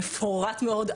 מפורט מאוד,